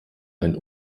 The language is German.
einen